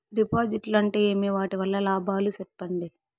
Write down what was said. డిపాజిట్లు అంటే ఏమి? వాటి వల్ల లాభాలు సెప్పండి?